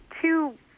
two